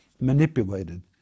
manipulated